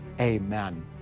amen